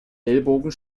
ellbogen